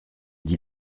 dit